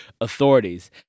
authorities